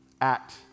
act